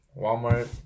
Walmart